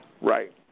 Right